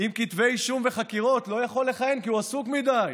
עם כתבי אישום וחקירות לא יכול לכהן כי הוא עסוק מדי,